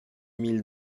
mille